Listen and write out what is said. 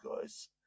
guys